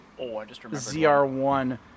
ZR1